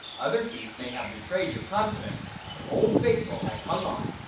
other teeth may have betrayed your confidence but old faithful has hung on,